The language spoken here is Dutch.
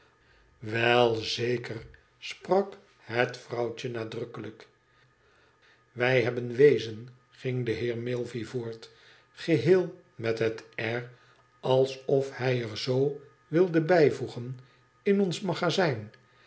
wel zeker sprak het vrouwtje nadrukkelijk wij hebben weezen ging de heer milvey voort geheel met het air alsof hij er z wilde bijvoegen tin ons magazijn